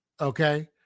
okay